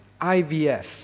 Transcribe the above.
IVF